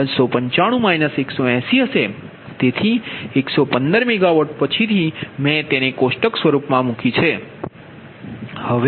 તેથી generation Pg2 તમારી 295 180 હશે તેથી 115 મેગાવોટ પછીથી મેં તેને કોષ્ટક સ્વરૂપમાં મૂકી છે